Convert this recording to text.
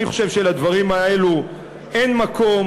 אני חושב שלדברים האלה אין מקום.